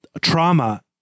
trauma